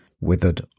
withered